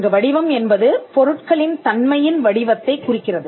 இங்கு வடிவம் என்பது பொருட்களின் தன்மையின் வடிவத்தை குறிக்கிறது